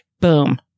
Boom